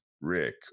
rick